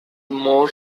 more